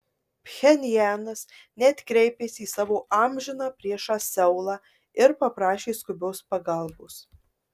pchenjanas net kreipėsi į savo amžiną priešą seulą ir paprašė skubios pagalbos